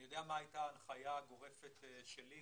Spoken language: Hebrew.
אני יודע מה הייתה הנחייה הגורפת שלי,